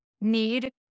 need